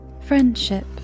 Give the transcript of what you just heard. friendship